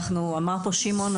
אמר פה שמעון,